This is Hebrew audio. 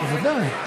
בוודאי.